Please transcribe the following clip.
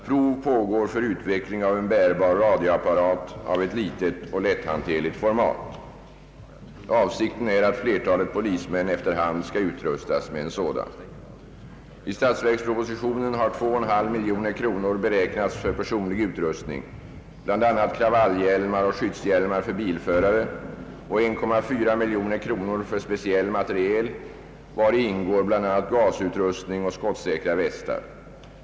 Prov pågår för utveckling av en bärbar radioapparat av ett litet och lätthanterligt format. Avsikten är att flertalet polismän efter hand skall utrustas med en sådan. I statsverkspropositionen har 2,5 miljoner kronor beräknats för personlig utrustning, bl.a. kravallhjälmar och skyddshjälmar för bilförare, och 1,4 miljoner kronor för speciell materiel, vari ingår bl.a. gasutrustning och skottsäkra västar.